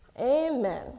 Amen